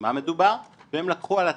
במה מדובר, והם לקחו על עצמם,